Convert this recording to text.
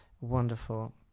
wonderful